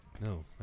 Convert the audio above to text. No